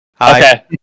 Okay